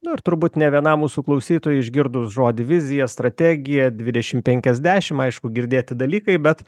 nu ir turbūt ne vienam mūsų klausytojui išgirdus žodį vizija strategija dvidešim penkiasdešim aišku girdėti dalykai bet